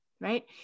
right